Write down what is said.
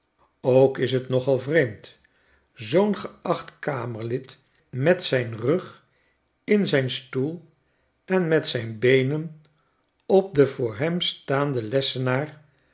ook is t nogal vreemd zoo'n geacht kamerlid met zijn rug in zyn stoel en met zijn beenen op den voor hem staanden lessenaar